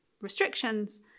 restrictions